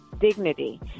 dignity